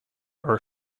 are